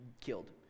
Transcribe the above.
killed